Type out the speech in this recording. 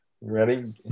Ready